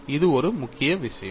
இது ஒரு முக்கிய விஷயம்